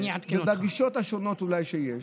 ובגישות השונות שאולי יש,